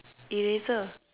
eraser